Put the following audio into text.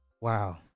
wow